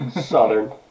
Southern